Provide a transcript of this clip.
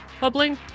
bubbling